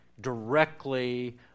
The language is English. directly